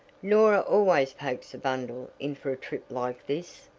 norah always pokes a bundle in for a trip like this.